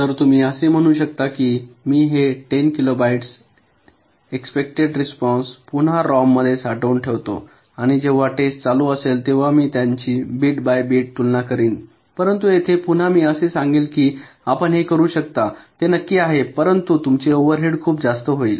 तर तुम्ही असे म्हणू करू शकता की मी हे १० किलोबाइट एक्सपेक्टड रिस्पॉन्स पुन्हा रॉममध्ये साठवून ठेवतो आणि जेव्हा टेस्ट चालू असेल तेव्हा मी त्यांची बिट बाय बिट तुलना करीन परंतु येथे पुन्हा मी असे सांगेल कि आपण हे करू शकता ते नक्कीच आहे परंतु तुमचे ओव्हरहेड खूप जास्त होईल